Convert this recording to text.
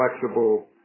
flexible